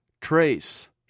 Trace